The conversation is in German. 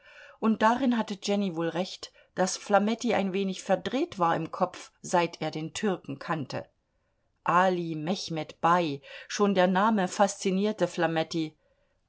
und darin hatte jenny wohl recht daß flametti ein wenig verdreht war im kopf seit er den türken kannte ali mechmed bei schon der name faszinierte